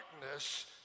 darkness